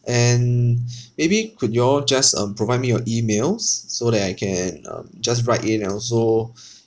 and maybe could you all just um provide me your emails so that I can um just write in and also